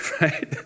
right